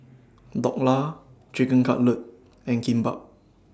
Dhokla Chicken Cutlet and Kimbap